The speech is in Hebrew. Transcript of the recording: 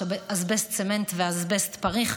יש אסבסט צמנט ואסבסט פריך.